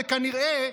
כנראה,